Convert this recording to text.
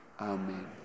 Amen